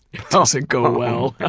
it doesn't go well.